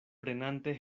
prenante